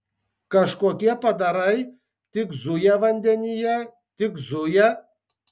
kažkokie padarai tik zuja vandenyje tik zuja